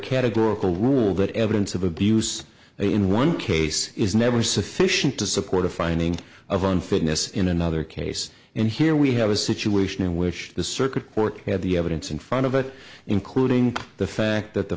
categorical rule that evidence of abuse in one case is never sufficient to support a finding of unfitness in another case and here we have a situation in which the circuit court had the evidence in front of it including the fact that the